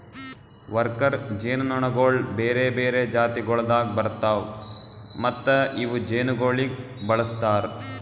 worker ಜೇನುನೊಣಗೊಳ್ ಬೇರೆ ಬೇರೆ ಜಾತಿಗೊಳ್ದಾಗ್ ಬರ್ತಾವ್ ಮತ್ತ ಇವು ಜೇನುಗೊಳಿಗ್ ಬಳಸ್ತಾರ್